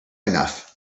enough